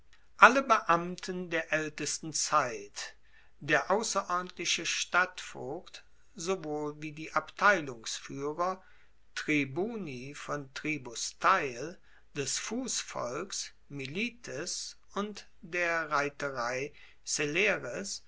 alle beamten der aeltesten zeit der ausserordentliche stadtvogt sowohl wie die abteilungsfuehrer tribuni von tribus teil des fussvolks milites und der reiterei